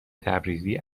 تبریزی